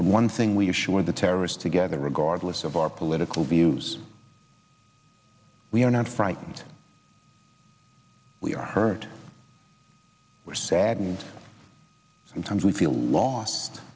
the one thing we are sure the terrorists together regardless of our political views we are not frightened we are hurt we're saddened sometimes we feel lost